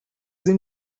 این